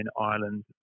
Ireland